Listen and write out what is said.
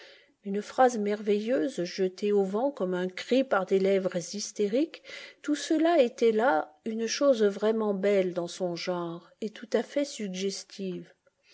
une phrase merveilleuse jetée au vent comme un cri par des lèvres hystériques tout cela était là une chose vraiment belle dans son genre et tout à fait suggestive